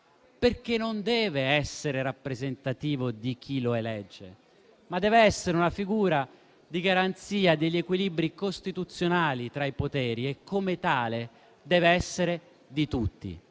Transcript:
Non deve essere rappresentativo di chi lo elegge, ma deve essere una figura di garanzia degli equilibri costituzionali tra i poteri e, come tale, deve essere di tutti.